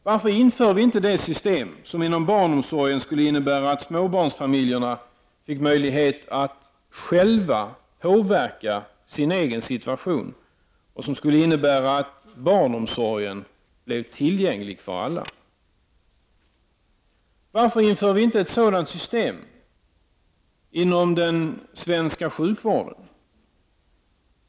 Varför inför vi inte det system som inom barnomsorgen skulle innebära att småbarnsfamiljerna fick möjlighet att själva påverka sin egen situation och som skulle innebära att barnomsorgen blev tillgänglig för alla? Varför inför vi inte ett sådant system inom den svenska sjukvården?